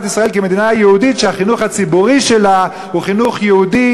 ישראל כמדינה יהודית שהחינוך הציבורי שלה הוא חינוך יהודי,